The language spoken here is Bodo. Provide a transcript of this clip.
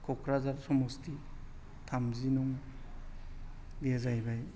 कक्राझार समस्ति थामजि नं बेयो जाहैबाय